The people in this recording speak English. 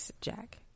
Jack